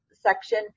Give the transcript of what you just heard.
section